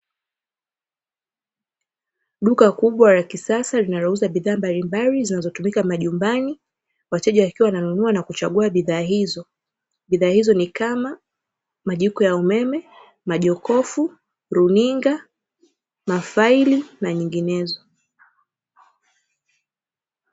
Duka kubwa la kisasa linalouza bidhaa mbalimbali zinazotumika majumbani, wateja wakiwa wananunua na kuchagua bidhaa hizo. Bidhaa hizo ni kama: majiko ya umeme, majokofu, runinga, mafaili na nyinginezo.